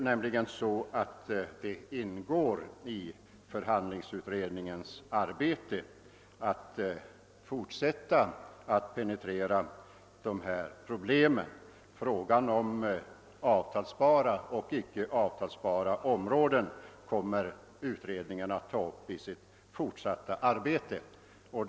Nu ingår det i förhandlingsutredningens arbete att fortsätta att penetrera dessa problem; frågan om avtalsbara och icke avtalsbara områden kommer utredningen alltså att ta upp.